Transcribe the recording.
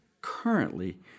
Currently